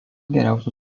geriausių